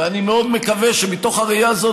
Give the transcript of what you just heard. ואני מאוד מקווה שמתוך הראייה הזאת,